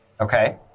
Okay